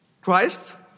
Christ